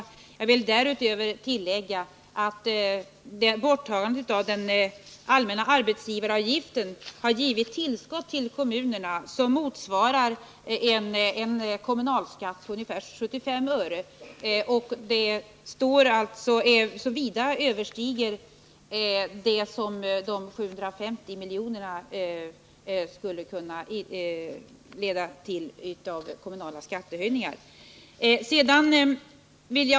Därutöver vill jag tillägga att borttagandet av den allmänna arbetsgivaravgiften har inneburit ett tillskott till kommunerna som motsvarar en kommunalskatt på ungefär 75 öre, alltså ett belopp som vida överstiger vad bortfallet av de 750 miljonerna skulle kunna leda till i fråga om kommunala skattehöjningar.